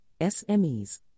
SMEs